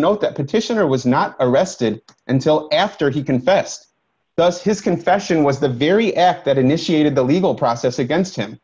note that petitioner was not arrested until after he confessed thus his confession was the very act that initiated the legal process against him